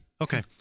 okay